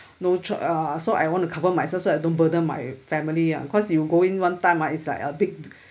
no choi~ uh so I want to cover my so so I don't burden my family ah cause you go in one time ah it's like a big